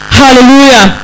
hallelujah